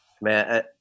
man